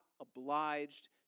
obliged